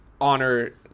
honor